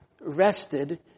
rested